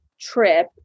trip